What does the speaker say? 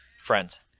friends